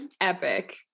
epic